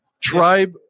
Tribe